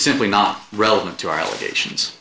simply not relevant to our allegations